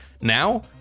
Now